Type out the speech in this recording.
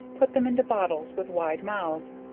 put them into bottles with wide mouths,